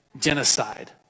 genocide